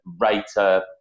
rater